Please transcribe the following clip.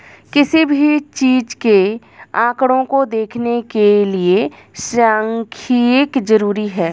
किसी भी चीज के आंकडों को देखने के लिये सांख्यिकी जरूरी हैं